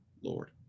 Lord